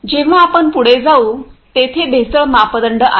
जेव्हा आपण पुढे जाऊ तेथे भेसळ मापदंड आहेत